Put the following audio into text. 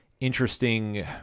interesting